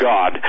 God